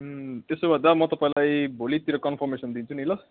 त्यसो भए दा म तपाईँलाई भोलितिर कन्फर्मेसन दिन्छु नि ल